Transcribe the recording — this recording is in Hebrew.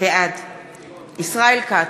בעד ישראל כץ,